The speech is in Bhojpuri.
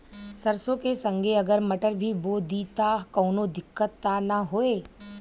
सरसो के संगे अगर मटर भी बो दी त कवनो दिक्कत त ना होय?